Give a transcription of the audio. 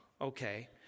okay